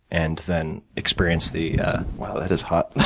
and then, experience the wow, that is hot.